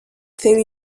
thing